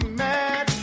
mad